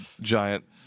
giant